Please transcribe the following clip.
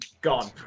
gone